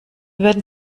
würden